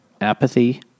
apathy